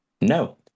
no